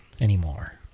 anymore